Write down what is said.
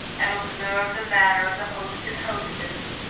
and who observe the manner of the host and hostess,